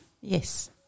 Yes